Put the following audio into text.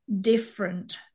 different